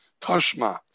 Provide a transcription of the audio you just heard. Tashma